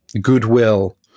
goodwill